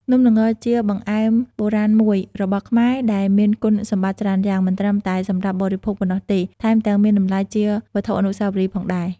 នំល្ងជាបង្អែមបុរាណមួយរបស់ខ្មែរដែលមានគុណសម្បត្តិច្រើនយ៉ាង មិនត្រឹមតែសម្រាប់បរិភោគប៉ុណ្ណោះទេ ថែមទាំងមានតម្លៃជាវត្ថុអនុស្សាវរីយ៍ផងដែរ។